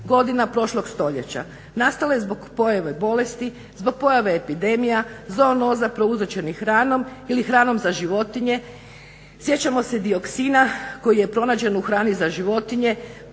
godina prošlog stoljeća nastale zbog pojave bolesti, zbog pojave epidemija, zoonoza prouzročenih hranom ili hranom za životinje. Sjećamo se dioksina koji je pronađen u hrani za životinje,